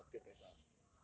oh so you not peer pressure ah